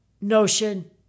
notion